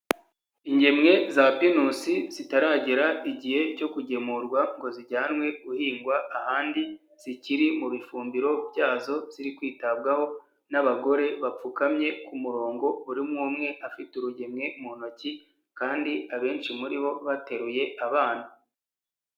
Ingemwe za pinusi zitaragera igihe cyo kugemurwa ngo zijyanwe guhingwa ahandi, zikiri mu bifumbiro byazo ziri kwitabwaho n'abagore bapfukamye ku murongo, urimo umwe afite urugemwe mu ntoki kandi abenshi muri bo bateruye abana.